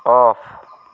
off